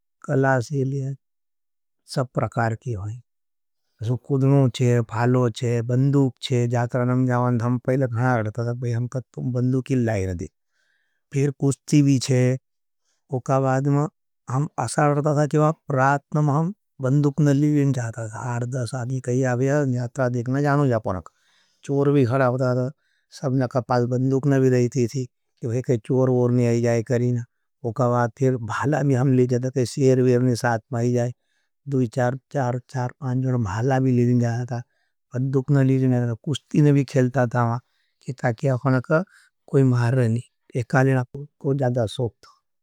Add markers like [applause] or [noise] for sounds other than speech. कलासे लिया, सब प्रकार की होईं। [noise] शुकुद्मों चे, फालों चे, बंदूक चे, जात्रानम जावांध हम पहले खाया गड़ता था, [hesitation] बही हम कत बंदूकी लाई रदे, फिर कुष्ठी भी चे, उका बाद में हम असा गड़ता था। प्रातनम हम बंदूक न लिए जाता था, हार दस आगी कही आभिया, न्यात्रा देखना जानो जा परक। चोर भी खड़ावता था, सब न कपाल बंदूक न भी दाई थी थी, कोई कोई चोर वोर ने आए जाए करीन, उका बाद फिर भाला भी हम लिए जाता था, कोई सेर वेर ने साथ माई जाए, दुई चार, चार, चार, पांज़ण, भाला भी लिए जा था। बंदूक न लिए जा था, कुष्टी न भी खेलता था हमा, [hesitation] कि ताकि अख़णक कोई महर नहीं, एकाले न कोई जादा सोक था।